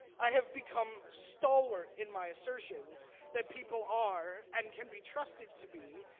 i have become stalwart in my assertions that people are and can be trusted to be,